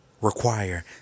require